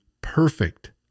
perfect